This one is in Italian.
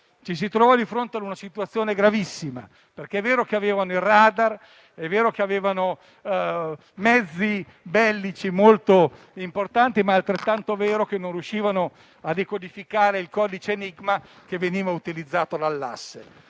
si trovò di fronte a una situazione gravissima: se è vero che aveva radar e mezzi bellici molto importanti, è altrettanto vero che non riusciva a decodificare il codice enigma che veniva utilizzato dall'Asse.